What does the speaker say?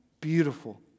beautiful